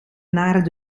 naar